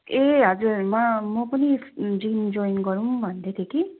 ए हजुर म म पनि जिम जोइन गरौँ भन्दैथेँ कि